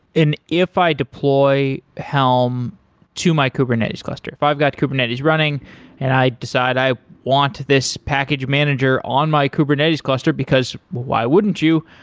if i deploy helm to my kubernetes cluster, if i've got kubernetes running and i decide i want this package manager on my kubernetes cluster, because why wouldn't you?